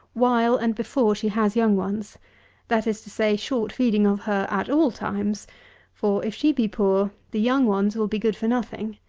while, and before she has young ones that is to say, short feeding of her at all times for, if she be poor, the young ones will be good for nothing.